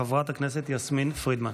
חברת הכנסת יסמין פרידמן.